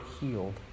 healed